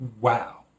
wow